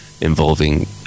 involving